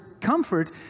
comfort